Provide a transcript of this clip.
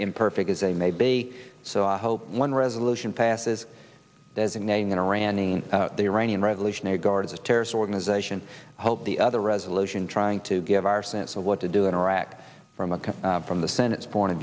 imperfect as they may be so i hope one resolution passes designating an iranian the iranian revolutionary guard as a terrorist organization i hope the other resolution trying to give our sense of what to do in iraq from a cut from the senate's point of